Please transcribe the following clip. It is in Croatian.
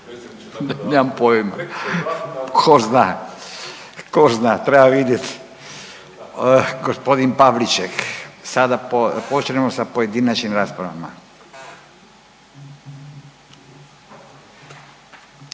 Nemam pojma. Tko zna, tko zna, treba vidjeti. G. Pavliček, sada počinemo sa pojedinačnim raspravama.